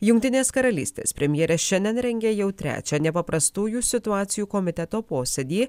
jungtinės karalystės premjerė šiandien rengia jau trečią nepaprastųjų situacijų komiteto posėdį